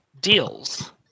deals